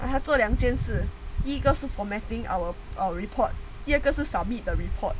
ah 他做两件事一个是 formatting our our report 第二个是 submit the report